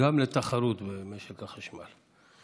גם על תחרות במשק החשמל.